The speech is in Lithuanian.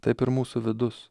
taip ir mūsų vidus